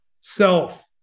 self